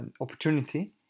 opportunity